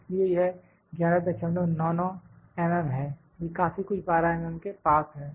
इसलिए यह 1199 mm है यह काफी कुछ 12 mm के पास है